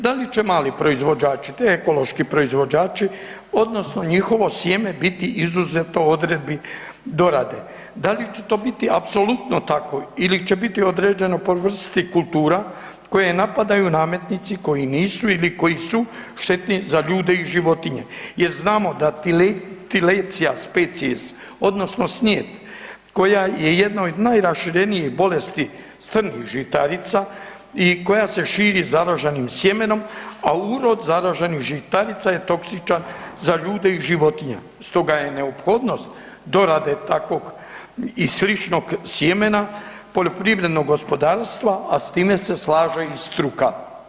Da li će mali proizvođači te ekološki proizvođači odnosno njihovo sjeme biti izuzeto odredbi dorade, da li će to biti apsolutno tako ili će biti određeno po vrsti kultura koje napadaju nametnici koji nisu ili koji su štetni za ljude i životinje jer znamo Tilletia spp odnosno snijet, koja je jedna od najraširenije bolesti strnih žitarica i koja se širi zaraženim sjemenom, a urod zaraženih žitarica je toksičan za ljude i životinje, stoga je neophodnost dorade takvog i sličnog sjemena, poljoprivrednog gospodarstva, a s time se slaže i struka.